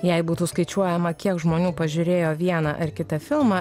jei būtų skaičiuojama kiek žmonių pažiūrėjo vieną ar kitą filmą